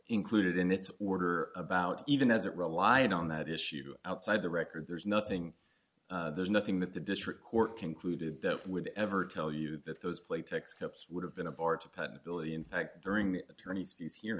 included in its order about even as it relied on that issue outside the record there's nothing there's nothing that the district court concluded that would ever tell you that those playtex cups would have been a bar to patent bill in fact during the attorney's fees here